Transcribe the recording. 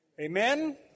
Amen